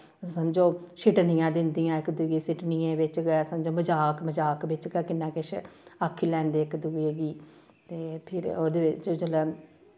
समझो सिठनियां दिंदियां इक दुए गी सिठनियें बिच्च गै समझो मज़ाक मज़ाक बिच्च गै किन्ना किश आक्खी लैंदे इक्क दुऐ गी ते फिर ओह्दे बिच्च जिसलै